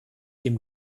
dem